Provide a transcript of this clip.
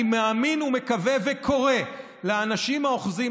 אני מאמין ומקווה וקורא לאנשים האוחזים